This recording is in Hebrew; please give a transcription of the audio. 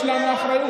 יש לנו אחריות.